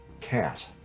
cat